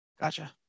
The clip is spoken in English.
Gotcha